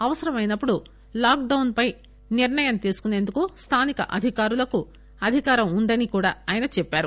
అవసరమైనప్పుడు lockdown పై నిర్ణయం తీసుకునేందుకు స్థానిక అధికారులకు అధికారం వుందని ఆయన చెప్పారు